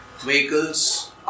vehicles